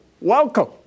Welcome